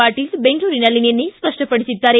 ಪಾಟೀಲ್ ಬೆಂಗಳೂರಿನಲ್ಲಿ ನಿನ್ನೆ ಸ್ಪಷ್ಟಪಡಿಸಿದ್ದಾರೆ